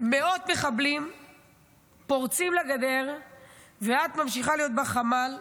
מאות מחבלים פורצים לגדר ואת ממשיכה להיות בחמ"ל,